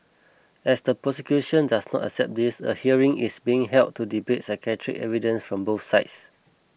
as the prosecution does not accept this a hearing is being held to debate psychiatric evidence from both sides